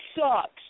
sucks